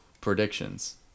Predictions